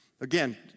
Again